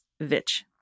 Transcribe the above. Vich